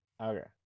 Okay